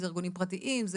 ארגונים פרטיים?